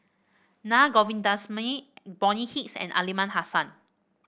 Naa Govindasamy Bonny Hicks and Aliman Hassan